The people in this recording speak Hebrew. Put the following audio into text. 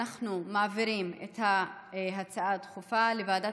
אנחנו מעבירים את ההצעה הדחופה לוועדת